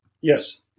yes